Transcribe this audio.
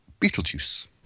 Beetlejuice